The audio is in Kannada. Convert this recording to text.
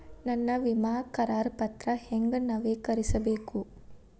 ನನ್ನ ವಿಮಾ ಕರಾರ ಪತ್ರಾ ಹೆಂಗ್ ನವೇಕರಿಸಬೇಕು?